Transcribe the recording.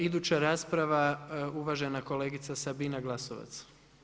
Iduća rasprava uvažena kolegica Sabina Glasovac.